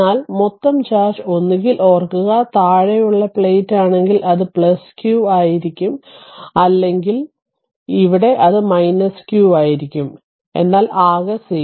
എന്നാൽ മൊത്തം ചാർജ് ഒന്നുകിൽ ഓർക്കുക താഴെയുള്ള പ്ലേറ്റ് ആണെങ്കിൽ ഇത് q ആയിരിക്കും അല്ലെങ്കിൽ ഇവിടെ അത് q ആയിരിക്കും എന്നാൽ ആകെ 0